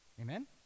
Amen